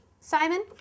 Simon